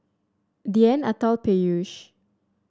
Dhyan Atal Peyush